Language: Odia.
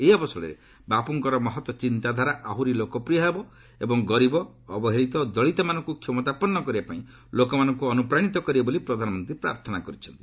ଏହି ଅବସରରେ ବାପୁଙ୍କର ମହତ୍ ଚିନ୍ତାଧାରା ଆହୁରି ଲୋକପ୍ରିୟ ହେବ ଏବଂ ଗରିବ ଅବହେଳିତ ଓ ଦଳିତମାନଙ୍କୁ କ୍ଷମତାପନ୍ନ କରିବାପାଇଁ ଲୋକମାନଙ୍କୁ ଅନୁପ୍ରାଣିତ କରିବ ବୋଲି ପ୍ରଧାନମନ୍ତ୍ରୀ ପ୍ରାର୍ଥନା କରିଛନ୍ତି